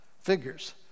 figures